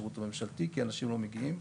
בשירות הממשלתי כי אנשים לא מגיעים,